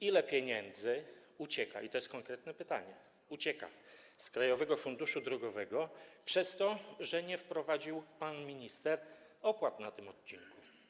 Ile pieniędzy ucieka - i to jest konkretne pytanie - z Krajowego Funduszu Drogowego przez to, że nie wprowadził pan minister opłat na tym odcinku?